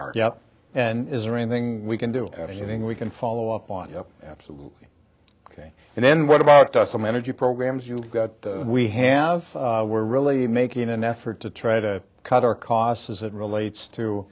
heart yeah and is there anything we can do anything we can follow up on absolutely ok and then what about the some energy programs you got we have we're really making an effort to try to cut our costs as it relates to